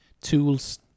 tools